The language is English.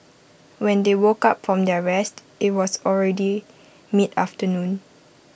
when they woke up from their rest IT was already mid afternoon